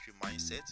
mindset